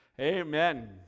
Amen